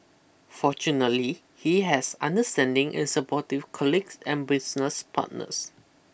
fortunately he has understanding and supportive colleagues and business partners